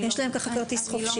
ויש להם את ככה כרטיס חופשי.